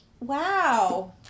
Wow